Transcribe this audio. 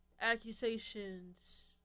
accusations